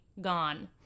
gone